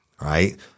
Right